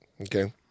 Okay